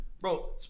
bro